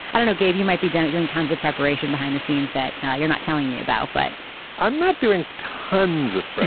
i dunno, gabe, you might be damaging tons of preparation behind the scenes that you're not telling me about, but i'm not doing tons of